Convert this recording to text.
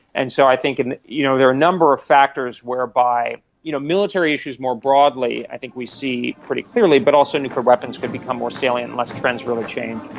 and so i think and you know there are a number of factors whereby you know military issues more broadly i think we see pretty clearly but also nuclear weapons could become more salient unless trends really change.